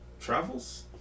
travels